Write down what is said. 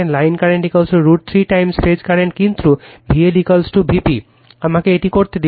line current √ 3 time phase current কিন্তু VL Vp সময় refer করুন 1503 আমাকে এটি করতে দিন